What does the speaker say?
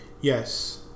Yes